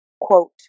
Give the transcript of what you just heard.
quote